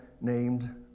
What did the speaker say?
named